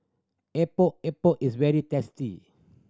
Epok Epok is very tasty